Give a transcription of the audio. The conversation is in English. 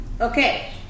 Okay